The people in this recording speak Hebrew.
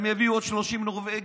הם יביאו עוד 30 נורבגים.